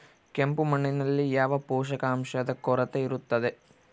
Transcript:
ಕೆಂಪು ಮಣ್ಣಿನಲ್ಲಿ ಯಾವ ಪೋಷಕಾಂಶದ ಕೊರತೆ ಇರುತ್ತದೆ?